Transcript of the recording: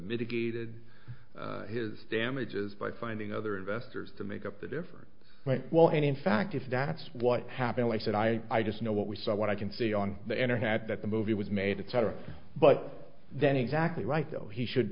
mitigated his damages by finding other investors to make up the difference well and in fact if that's what happened i said i i just know what we saw what i can see on the internet that the movie was made a tighter but then exactly right though he should